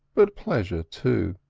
but pleasure too.